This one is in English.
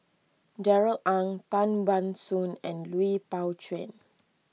Darrell Ang Tan Ban Soon and Lui Pao Chuen